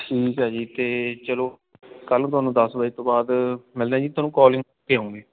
ਠੀਕ ਹੈ ਜੀ ਅਤੇ ਚੱਲੋ ਕੱਲ੍ਹ ਨੂੰ ਤੁਹਾਨੂੰ ਦਸ ਵਜੇ ਤੋਂ ਬਾਅਦ ਮਿਲਦੇ ਹਾਂ ਜੀ ਤੁਹਾਨੂੰ ਕੋਲਿੰਗ 'ਤੇ ਹੋਉਗੀ